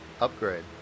Upgrade